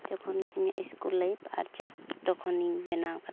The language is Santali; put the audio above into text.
ᱡᱚᱠᱷᱚᱱ ᱤᱧᱟᱹᱜ ᱥᱠᱩᱞ ᱞᱟᱭᱤᱯᱷ ᱟᱨ ᱪᱮᱫ ᱛᱚᱠᱷᱚᱱᱤᱧ ᱵᱮᱱᱟᱣ ᱠᱟᱫᱟ